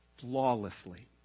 flawlessly